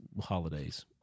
holidays